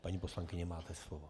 Paní poslankyně, máte slovo.